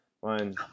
One